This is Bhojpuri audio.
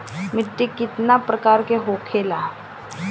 मिट्टी कितना प्रकार के होखेला?